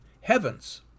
heavens